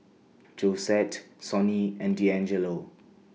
Josette Sonny and Deangelo